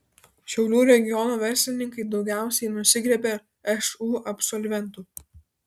šiaulių regiono verslininkai daugiausiai nusigriebia šu absolventų